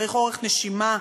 צריך אורך נשימה.